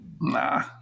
nah